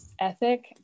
ethic